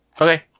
Okay